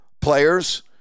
players